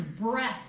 breath